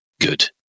good